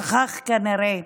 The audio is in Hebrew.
שכח כנראה